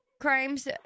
crimes